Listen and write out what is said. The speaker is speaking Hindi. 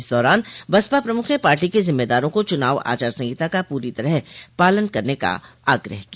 इस दौरान बसपा प्रमुख ने पार्टी के जिम्मेदारों को चुनाव आचार संहिता का पूरी तरह पालन करने का आग्रह किया